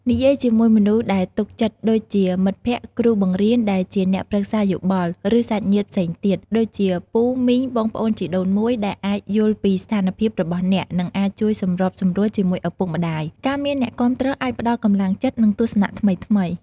និយាយជាមួយមនុស្សដែលទុកចិត្តដូចជា មិត្តភក្តិ គ្រូបង្រៀន ដែលជាអ្នកប្រឹក្សាយោបល់ ឬ សាច់ញាតិផ្សេងទៀត ដូចជាពូ មីង បងប្អូនជីដូនមួយ ដែលអាចយល់ពីស្ថានភាពរបស់អ្នក និងអាចជួយសម្របសម្រួលជាមួយឪពុកម្ដាយ ការមានអ្នកគាំទ្រអាចផ្ដល់កម្លាំងចិត្ត និងទស្សនៈថ្មីៗ។